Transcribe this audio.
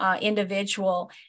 individual